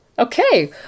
Okay